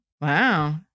Wow